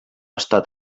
estat